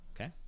okay